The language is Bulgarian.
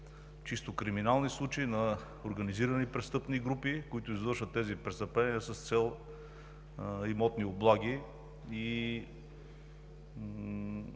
чисто криминални случаи на организирани престъпни групи, които извършват тези престъпления с цел имотни облаги и